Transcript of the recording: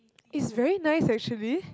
it's very nice actually